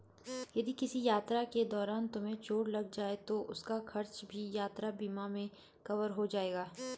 यदि किसी यात्रा के दौरान तुम्हें चोट लग जाए तो उसका खर्च भी यात्रा बीमा में कवर हो जाएगा